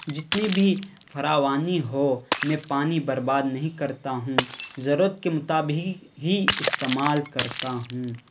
جتنی بھی فراوانی ہو میں پانی برباد نہیں کرتا ہوں ضرورت کے مطابق ہی استعمال کرتا ہوں